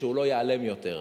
שהוא לא ייעלם יותר,